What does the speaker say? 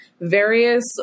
various